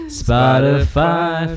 spotify